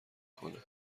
کنه